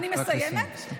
אני מסיימת.